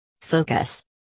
Focus